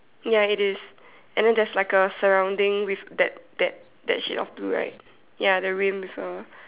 ya it is and then there's like a surrounding with that that that shade of blue right ya the rim also